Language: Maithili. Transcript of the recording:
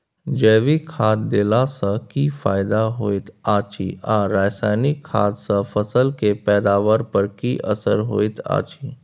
जैविक खाद देला सॅ की फायदा होयत अछि आ रसायनिक खाद सॅ फसल के पैदावार पर की असर होयत अछि?